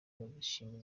bazishima